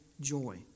joy